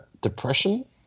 depression